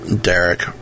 Derek